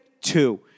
two